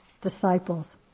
disciples